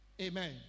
amen